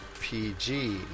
PG